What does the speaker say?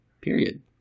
period